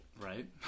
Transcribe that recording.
Right